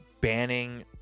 banning